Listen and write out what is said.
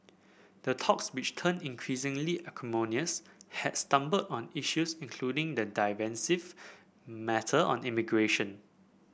the talks which turned increasingly acrimonious had stumbled on issues including the divisive matter of immigration